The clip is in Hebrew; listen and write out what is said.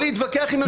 אני אתן לך לענות,